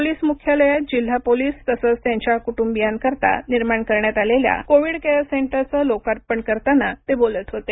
police मुख्यालयात जिल्हा police तसेच त्यांच्या कुटुंबियांकरीता निर्माण करण्यात आलेल्या कोव्हीड केअर सेंटरचे लोकार्पण करतांना ते बोलत होते